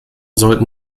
sollten